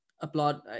applaud